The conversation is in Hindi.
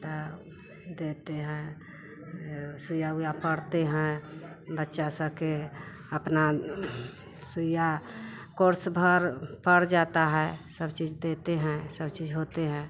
तौ देते हैं वो सुइयाँ उइया पड़ते हैं बच्चा सबके अपना सुइया कोर्स भर पड़ जाता है सब चीज देते हैं सब चीज होते हैं